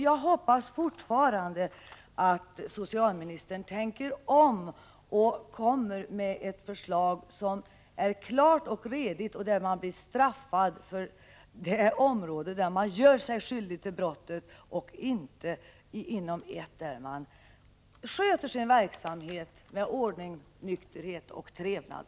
Jag hoppas fortfarande att socialministern tänker om och kommer med ett förslag som är klart och redigt och enligt vilket man blir straffad på det område där man gör sig skyldig till brottet och inte inom ett annat där man sköter sin verksamhet med, som det heter, ordning, nykterhet och trevnad.